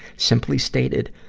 simply stated,